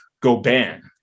Goban